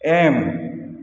M